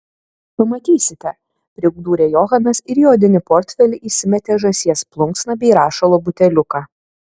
pamatysite pridūrė johanas ir į odinį portfelį įsimetė žąsies plunksną bei rašalo buteliuką